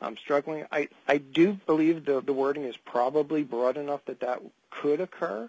i'm struggling i do believe the wording is probably broad enough that that could occur